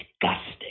Disgusting